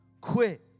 quit